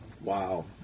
Wow